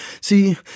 see